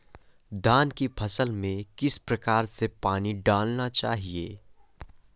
धान की फसल में किस प्रकार से पानी डालना चाहिए?